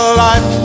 life